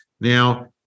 Now